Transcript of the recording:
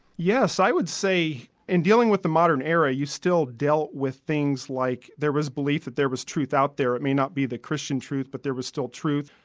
yes, i would say in dealing with the modern era you still dealt with things like there was belief that there was truth out there. it may not be the christian truth, but there was still truth,